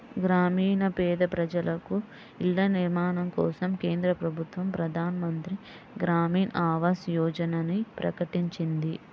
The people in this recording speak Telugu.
గ్రామీణ పేద ప్రజలకు ఇళ్ల నిర్మాణం కోసం కేంద్ర ప్రభుత్వం ప్రధాన్ మంత్రి గ్రామీన్ ఆవాస్ యోజనని ప్రకటించింది